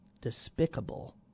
despicable